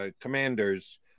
commanders